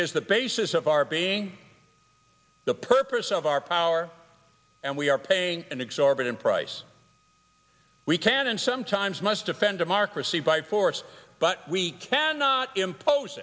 is the basis of our being the purpose of our power and we are paying an exorbitant price we can and sometimes must defend democracy by force but we cannot impose